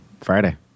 Friday